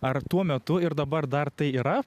ar tuo metu ir dabar dar tai yra